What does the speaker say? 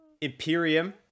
Imperium